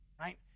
right